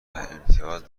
امتیاز